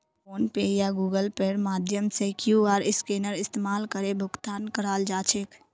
phone पे या Google पेर माध्यम से क्यूआर स्कैनेर इस्तमाल करे भुगतान कराल जा छेक